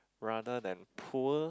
rather than poor